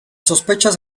sospechas